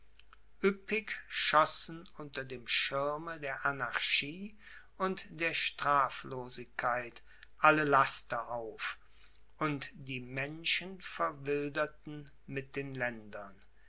üppig schossen unter dem schirme der anarchie und der straflosigkeit alle laster auf und die menschen verwilderten mit den